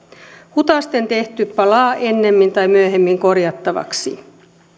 hutaisten tehty palaa ennemmin tai myöhemmin korjattavaksi